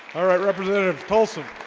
all right representative tolson